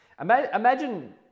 Imagine